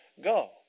go